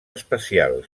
especial